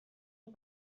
els